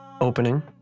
opening